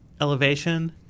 elevation